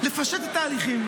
לפשט את ההליכים.